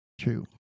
True